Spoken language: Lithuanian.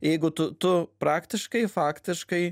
jeigu tu tu praktiškai faktiškai